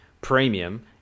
premium